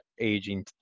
aging